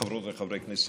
חברות וחברי הכנסת,